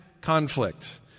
conflict